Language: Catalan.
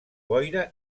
boira